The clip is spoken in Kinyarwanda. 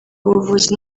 ubuvuzi